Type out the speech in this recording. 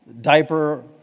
Diaper